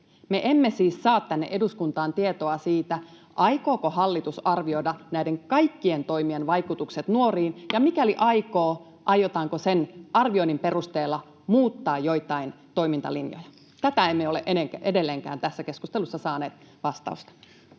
emme siis saa tänne eduskuntaan tietoa siitä, aikooko hallitus arvioida näiden kaikkien toimien vaikutukset nuoriin, ja mikäli aikoo, aiotaanko sen arvioinnin perusteella muuttaa joitain toimintalinjoja. Tähän emme ole edelleenkään tässä keskustelussa saaneet vastausta.